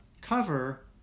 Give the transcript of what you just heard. cover